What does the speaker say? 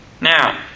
Now